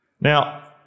Now